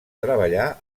treballar